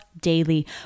daily